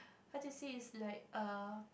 how to say is like err